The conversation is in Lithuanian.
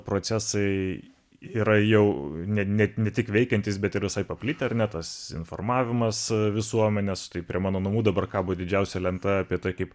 procesai yra jau net ne tik veikiantys bet ir visai paplitę ar ne tas informavimas visuomenės tai prie mano namų dabar kabo didžiausia lenta apie tai kaip